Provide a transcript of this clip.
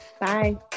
Bye